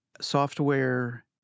software